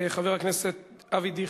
חבר הכנסת אבי דיכטר,